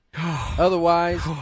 Otherwise